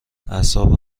اعصابم